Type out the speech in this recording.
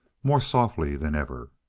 more softly than ever.